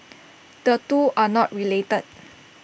the two are not related